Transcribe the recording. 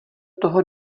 toho